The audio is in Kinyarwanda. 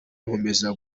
nkomeza